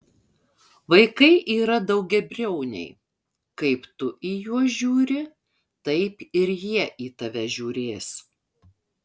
vaikai yra daugiabriauniai kaip tu į juos žiūri taip ir jie į tave žiūrės